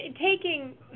taking